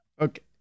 Okay